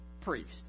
priest